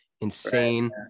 insane